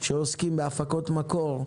שעוסקים בהפקות מקור,